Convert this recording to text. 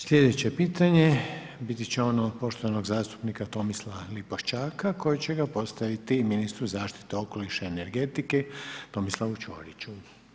Sljedeće pitanje biti će ono poštovanog zastupnika Tomislava Lipoščaka koje će ga postaviti ministru zaštite okoliša i energetike Tomislavu Ćoriću.